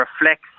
reflects